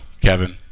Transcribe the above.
Kevin